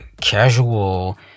casual